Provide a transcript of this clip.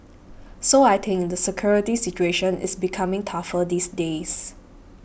so I think the security situation is becoming tougher these days